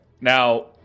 Now